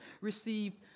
received